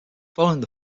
following